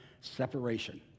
separation